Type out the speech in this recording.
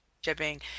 shipping